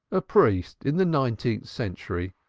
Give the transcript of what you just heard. a priest in the nineteenth century!